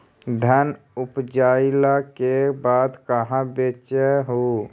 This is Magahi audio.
धनमा उपजाईला के बाद कहाँ बेच हू?